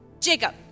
Jacob